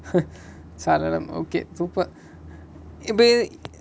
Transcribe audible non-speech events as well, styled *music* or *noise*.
*noise* salanam okay super இப்ப:ippa *noise*